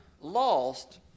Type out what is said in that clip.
lost